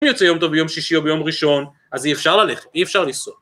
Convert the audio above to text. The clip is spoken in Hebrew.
מי יוצא יום טוב ביום שישי או ביום ראשון, אז אי אפשר ללכת, אי אפשר לנסוע.